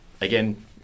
again